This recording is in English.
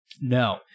No